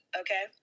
okay